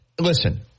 listen